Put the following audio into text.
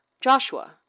Joshua